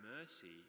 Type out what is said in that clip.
mercy